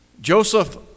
Joseph